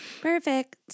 Perfect